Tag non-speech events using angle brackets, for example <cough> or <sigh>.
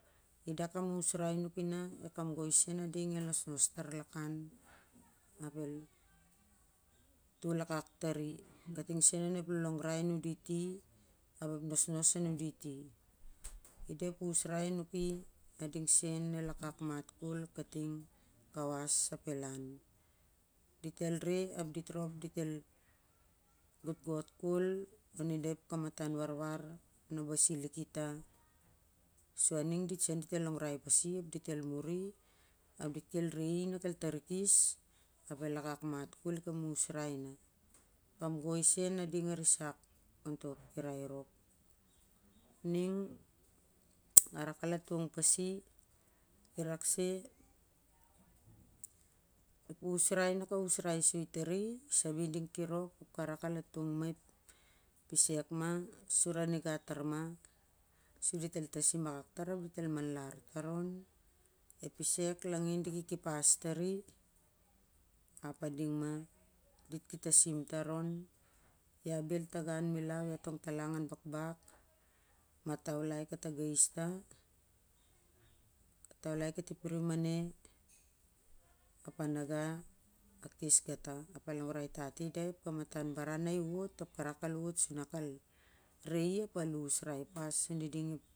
I da kam usrai nuki na e kamgoi sen a ding el nos tar lakah ap el tol akak tari kating sen onep lolongrai nuditi ap ep nosnos nuditi ap i da pe usrai a nuki i wakak mat kol kating kawas ap el an, dit el re ap dit rop dit el gotgot kol oni dah kamatan warwar na basi liki tah su ning dit sen dit el longrai pasi ap dit el muri ap dit el re na kelfarikis ap el akak mat kol i kam usrai na. Kamgoi sen a ding a risak on to kirai rop, <noise> a rak al atong pasi ep usrai na ka usrai soi tari ap rak al atong ep risek ma sur a nigatarma su dit el tasiman ap a nigatr ma su di el tasiman akak ap dit el maular tar on, ep risek laugin di ki ken pas tari ep a ding ma di ki tasiman tar on ia bel ta ga au milau iau tong talang an bakbak a tau lai ka ta ga is ta a taulai katipiri a ne ap a na gau ap a longrai tat i da ep ka matat baran na i wot ap arak al wot ap al ne ap a usrai pas on ni da ep.